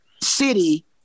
city